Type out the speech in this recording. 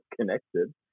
connected